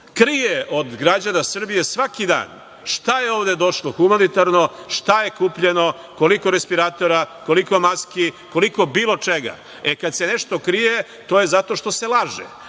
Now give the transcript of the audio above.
krije od građana Srbije svaki dan šta je ovde došlo humanitarno, šta je kupljeno, koliko respiratora, koliko maski, koliko bilo čega. Kad se nešto krije, to je zato što se laže,